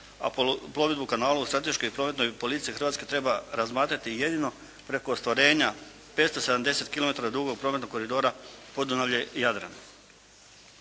a plovidbu kanalom strateški prometnoj policiji Hrvatska treba razmatrati jedino preko ostvarenja 570 km dugog prometnog koridora Podunavlje – Jadran.